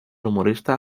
humorista